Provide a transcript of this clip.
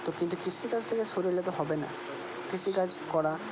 তো কিন্তু কৃষিকাজ থেকে সরে এলে তো হবে না কৃষিকাজ করা